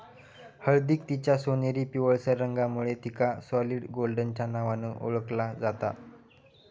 हळदीक तिच्या सोनेरी पिवळसर रंगामुळे तिका सॉलिड गोल्डच्या नावान ओळखला जाता